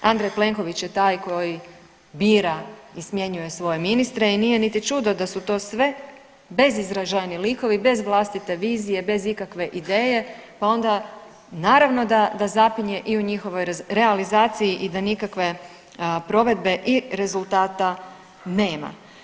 Andrej Plenković je taj koji bira i smjenjuje svoje ministre i nije niti čudo da su to sve bezizražajni likovi bez vlastite vizije, bez ikakve ideje, pa onda naravno da, da zapinje i u njihovoj realizaciji i da nikakve provedbe i rezultata nema.